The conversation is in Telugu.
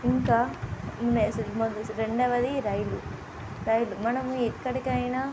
ఇంకా రెండవది రైలు రైలు మనం ఎక్కడికైనా